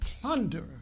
plunder